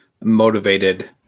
motivated